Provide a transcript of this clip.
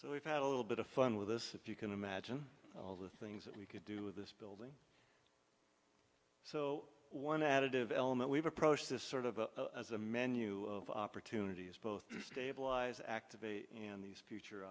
so we've had a little bit of fun with this if you can imagine all the things that we could do with this build so one additive element we've approached this sort of as a menu of opportunities both stabilise activity in these future